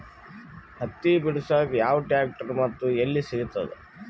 ಹತ್ತಿ ಬಿಡಸಕ್ ಯಾವ ಟ್ರ್ಯಾಕ್ಟರ್ ಮತ್ತು ಎಲ್ಲಿ ಸಿಗತದ?